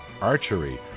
archery